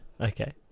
Okay